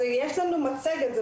יש לנו מצגת.